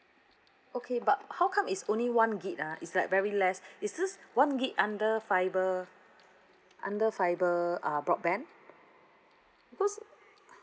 okay but how come is only one gig ah is like very less it's just one gig under fiber under fiber ah broadband because